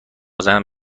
زنم